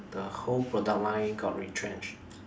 the whole product line got retrenched